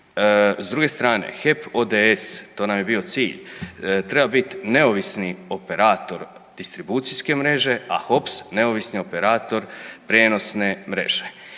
S druge strane HEP ODS, to nam je bio cilj, treba bit neovisni operator distribucijske mreže, a HOPS neovisni operator prijenosne mreže.